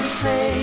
say